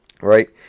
Right